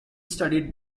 studied